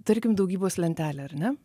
tarkim daugybos lentelė ar ne